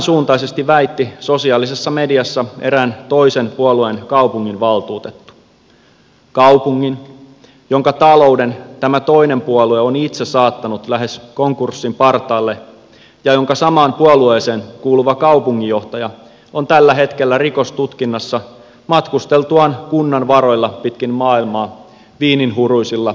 tämänsuuntaisesti väitti sosiaalisessa mediassa erään toisen puolueen kaupunginvaltuutettu kaupungin jonka talouden tämä toinen puolue on itse saattanut lähes konkurssin partaalle ja jonka samaan puolueeseen kuuluva kaupunginjohtaja on tällä hetkellä rikostutkinnassa matkusteltuaan kunnan varoilla pitkin maailmaa viininhuuruisilla reissuillaan